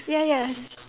ya yes